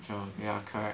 ya true ya correct